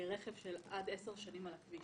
לרכב של עד עשר שנים על הכביש.